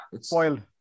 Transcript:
spoiled